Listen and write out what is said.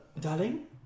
darling